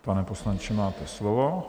Pane poslanče, máte slovo.